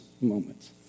moments